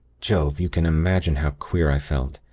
jove! you can imagine how queer i felt.